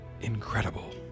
incredible